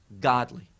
godly